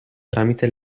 tramite